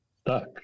stuck